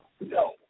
No